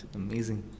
amazing